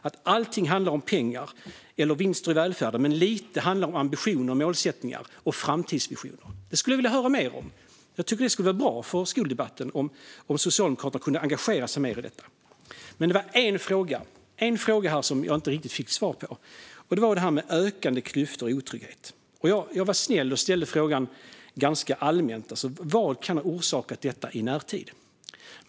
Allting handlar för dem om pengar eller vinster i välfärden men lite om ambitioner, målsättningar och framtidsvisioner. Det skulle jag vilja höra mer om. Jag tycker att det skulle vara bra för skoldebatten om Socialdemokraterna kunde engagera sig mer i detta. Det var en fråga här som jag inte riktigt fick svar på, och det var det här med ökande klyftor och otrygghet. Jag var snäll och ställde frågan ganska allmänt: Vad kan ha orsakat detta i närtid?